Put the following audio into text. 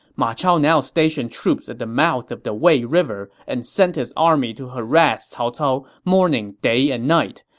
ma chao now stationed troops at the mouth of the wei river and sent his army to harass cao cao morning, day, and night.